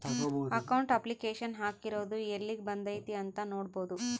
account application ಹಾಕಿರೊದು ಯೆಲ್ಲಿಗ್ ಬಂದೈತೀ ಅಂತ ನೋಡ್ಬೊದು